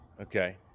Okay